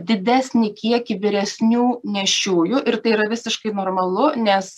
didesnį kiekį vyresnių nėščiųjų ir tai yra visiškai normalu nes